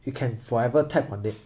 you can forever tap on it